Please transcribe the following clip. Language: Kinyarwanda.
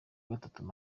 gatanu